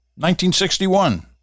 1961